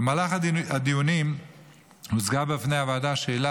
במהלך הדיונים הוצגה בפני הוועדה שאלה